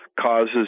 causes